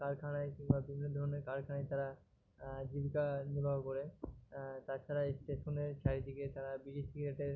কারখানায় কিংবা বিভিন্ন ধরনের কারখানায় তারা জীবিকা নির্বাহ করে তা ছাড়া স্টেশনের চারদিকে তারা বিড়ি সিগারেটের